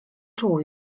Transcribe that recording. czuł